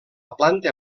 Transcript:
planta